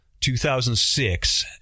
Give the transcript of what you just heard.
2006